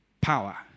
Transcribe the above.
power